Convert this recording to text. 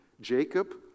Jacob